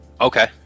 Okay